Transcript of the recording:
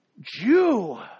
Jew